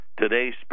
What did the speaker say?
Today's